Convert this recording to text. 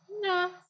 No